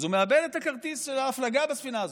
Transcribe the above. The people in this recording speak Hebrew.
אז הוא מאבד את כרטיס ההפלגה בספינה הזאת.